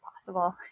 possible